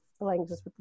languages